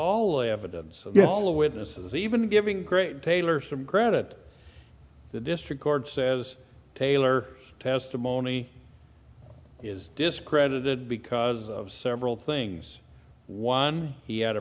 all evidence yet the witnesses even giving craig taylor some credit the district court says taylor testimony is discredited because of several things one he had a